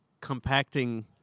compacting